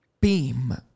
beam